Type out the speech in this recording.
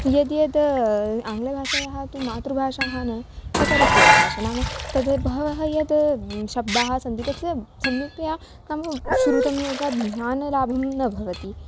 यद्यद् आङ्ग्लभाषायाः तु मातृभाषा न सा परिकीया भाषा नाम तद् बहवः यद् शब्दाः सन्ति तस्य सम्यक्तया नाम श्रुतं यथा ज्ञानलाभः न भवति